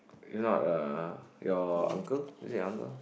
you know what uh your uncle is it your uncle